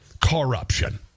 corruption